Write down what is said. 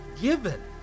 given